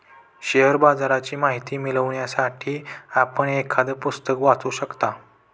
share बाजाराची माहिती मिळवण्यासाठी आपण एखादं पुस्तक वाचू शकता